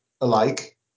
alike